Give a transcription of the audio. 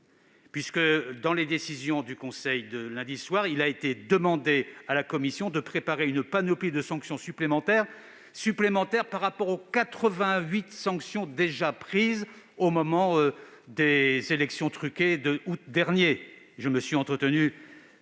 prises par le Conseil lundi soir, il a été demandé à la Commission de préparer une panoplie de sanctions supplémentaires par rapport aux 88 sanctions déjà prises au moment des élections truquées d'août dernier. Je me suis entretenu